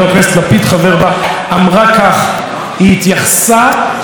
אמרה כך: היא התייחסה לרוב הטוב,